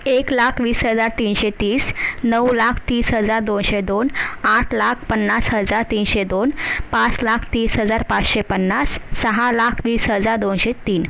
एक लाख वीस हजार तीनशे तीस नऊ लाख तीस हजार दोनशे दोन आठ लाख पन्नास हजार तीनशे दोन पाच लाख तीस हजार पाचशे पन्नास सहा लाख वीस हजार दोनशे तीन